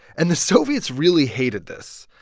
and the soviets really hated this.